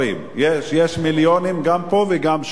יש מיליונים גם פה וגם שם,